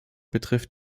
betrifft